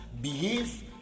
behave